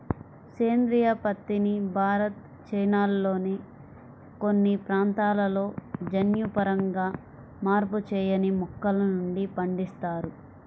సేంద్రీయ పత్తిని భారత్, చైనాల్లోని కొన్ని ప్రాంతాలలో జన్యుపరంగా మార్పు చేయని మొక్కల నుండి పండిస్తారు